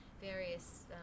various